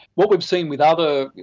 what we've seen with other,